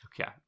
okay